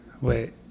Wait